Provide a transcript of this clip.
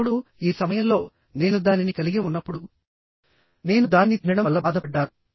ఇప్పుడు ఈ సమయంలోనేను దానిని కలిగి ఉన్నప్పుడునేను దానిని తినడం వల్ల బాధపడ్డాను